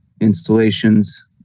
installations